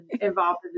involved